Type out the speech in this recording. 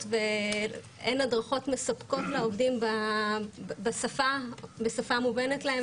ואין הדרכות מספקות לעובדים בשפה מובנת להם,